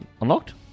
Unlocked